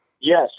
Yes